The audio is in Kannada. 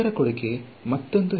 ಅದರ ಕೊಡುಗೆ ಮತ್ತೊಂದು